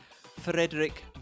Frederick